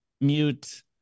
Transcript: mute